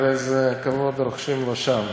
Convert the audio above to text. באמת שמחתי לראות איזו פופולריות ואיזה כבוד רוחשים לו שם.